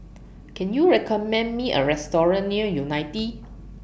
Can YOU recommend Me A Restaurant near Unity